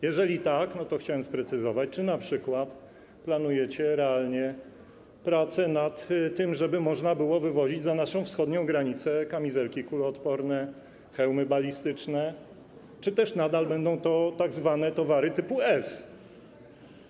Jeżeli tak, to chciałem, żeby sprecyzować, czy np. planujecie realnie pracę nad tym, żeby można było wywozić za naszą wschodnią granicę kamizelki kuloodporne i hełmy balistyczne, czy też nadal będą to tzw. towary typu S.